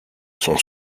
son